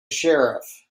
sheriff